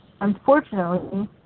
Unfortunately